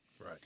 Right